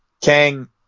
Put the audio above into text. Kang